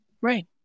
Right